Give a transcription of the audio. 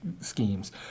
schemes